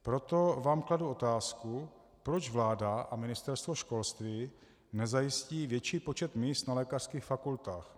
Proto vám kladu otázku, proč vláda a Ministerstvo školství nezajistí větší počet míst na lékařských fakultách.